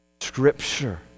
Scripture